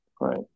right